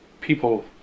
people